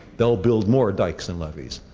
they'll build more dikes and levees.